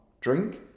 drink